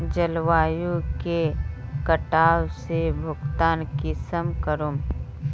जलवायु के कटाव से भुगतान कुंसम करूम?